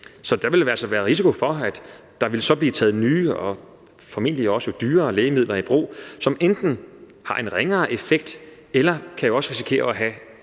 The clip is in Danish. Så der ville altså være risiko for, at der så ville blive taget nye og formentlig også dyrere lægemidler i brug, som enten har en ringere effekt, eller også kan vi risikere, at de